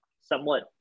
somewhat